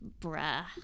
Bruh